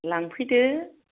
लांफैदो